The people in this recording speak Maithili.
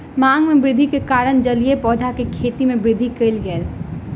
मांग में वृद्धि के कारण जलीय पौधा के खेती में वृद्धि कयल गेल